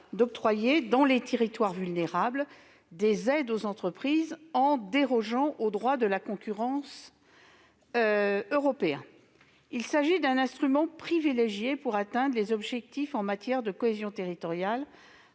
d'octroyer, dans les territoires vulnérables, des aides aux entreprises en dérogeant au droit européen de la concurrence. Il s'agit d'un instrument privilégié pour atteindre les objectifs fixés en matière de cohésion territoriale